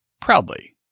proudly